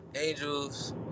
Angels